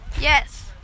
yes